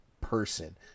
person